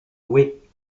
oui